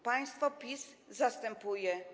Państwo PiS zastępuje.